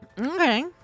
Okay